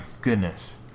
goodness